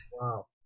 Wow